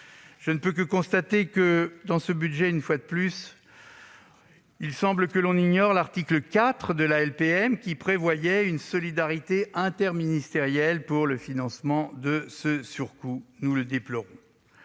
signe qui nous est envoyé. Dans ce budget, une fois de plus, il semble que l'on ignore l'article 4 de la LPM, qui prévoit une solidarité interministérielle pour le financement de ce surcoût ; nous le déplorons.